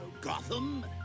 Gotham